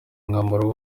umwambaro